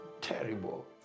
terrible